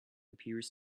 appears